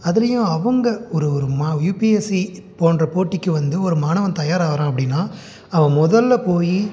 அதுலையும் அவங்க ஒரு ஒரு மா யூபிஎஸ்சி போன்ற போட்டிக்கு வந்து ஒரு மாணவன் தயார் ஆகிறான் அப்படின்னா அவன் மொதலில் போய்